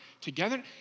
together